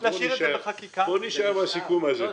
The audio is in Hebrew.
בואו נישאר בסיכום הזה.